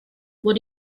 what